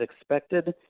expected